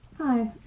Hi